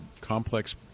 complex